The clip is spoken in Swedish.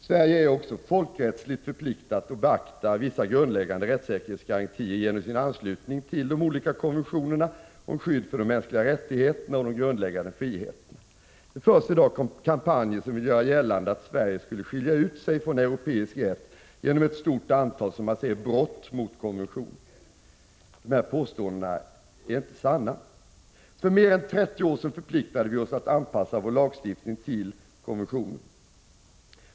Sverige är också folkrättsligt förpliktat att beakta vissa grundläggande rättssäkerhetsgarantier genom sin anslutning till de olika konventionerna om skydd för mänskliga rättigheter och grundläggande friheter. Det förs i dag kampanjer som vill göra gällande att Sverige skulle skilja ut sig från europeisk rätt genom ett stort antal, som man säger, brott mot konventionen. Dessa påståenden är inte sanna. För mer än 30 år sedan förpliktade vi oss att anpassa vår lagstiftning till konventionen.